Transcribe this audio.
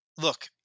look